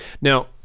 Now